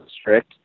strict